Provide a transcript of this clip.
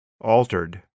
altered